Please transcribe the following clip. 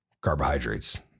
carbohydrates